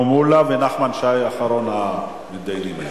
שלמה מולה, ונחמן שי אחרון המתדיינים היום.